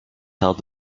held